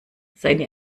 seine